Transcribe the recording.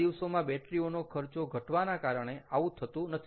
આ દિવસોમાં બેટરી ઓનો ખર્ચો ઘટવાના કારણે આવું થતું નથી